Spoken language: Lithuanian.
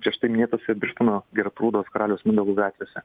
prieš tai minėtose birštono gertrūdos karaliaus mindaugo gatvėse